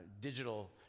digital